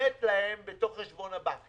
שמותנית להם בתוך חשבון הבנק.